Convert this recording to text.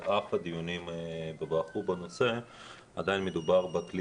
על אף הדיונים בנושא עדיין מדובר בכלי